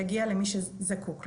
יגיע למי שזקוק לו.